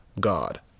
God